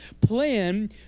plan